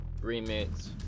remix